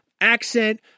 Accent